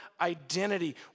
identity